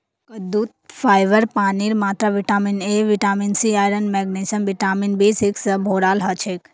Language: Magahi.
कद्दूत फाइबर पानीर मात्रा vitamin A vitamin C iron magnesium vitamin B six स भोराल हछेक